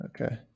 Okay